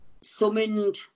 summoned